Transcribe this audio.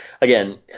again